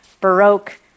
Baroque